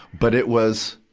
but it was,